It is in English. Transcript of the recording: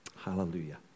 Hallelujah